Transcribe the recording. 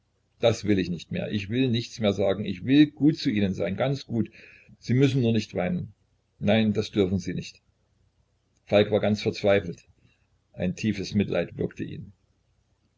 das will ich nicht mehr ich will nichts mehr sagen ich will gut zu ihnen sein ganz gut sie müssen nur nicht weinen nein das dürfen sie nicht falk war ganz verzweifelt ein tiefes mitleid würgte ihn